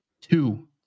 two